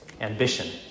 ambition